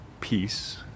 peace